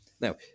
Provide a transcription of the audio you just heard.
Now